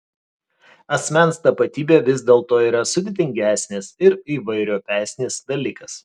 asmens tapatybė vis dėlto yra sudėtingesnis ir įvairiopesnis dalykas